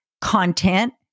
content